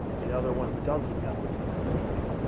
the other one doesn't have a long string.